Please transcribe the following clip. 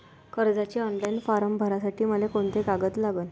कर्जाचे online form भरासाठी मले कोंते कागद लागन?